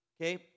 okay